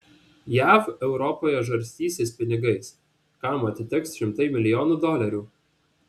jav europoje žarstysis pinigais kam atiteks šimtai milijonų dolerių